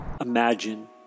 Imagine